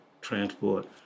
transport